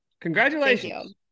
Congratulations